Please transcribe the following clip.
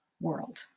world